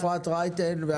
אפרת רייטן מרום.